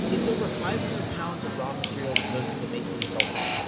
it's over five hundred pounds of raw material that goes into making a cellphone.